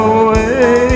away